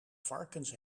varkens